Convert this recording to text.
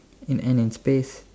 in end in space